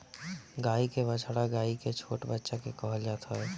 गाई के बछड़ा गाई के छोट बच्चा के कहल जात हवे